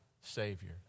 Savior